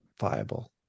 viable